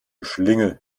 schlingel